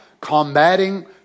combating